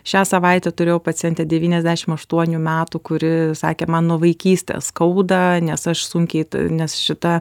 šią savaitę turėjau pacientę devyniasdešim aštuonių metų kuri sakė man nuo vaikystės skauda nes aš sunkiai nes šita